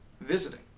visiting